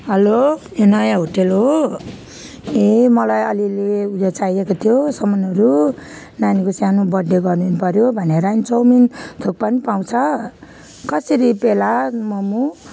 hello यो नयाँ hotel हो ए मलाई अलि अलि उयो चाहिएको थियो सामानहरू नानीको सानु बर्थ डे गरिदिनु पऱ्यो भनेर नि चौमिन थुक्पा नि पाउँछ कसरी प्याला मम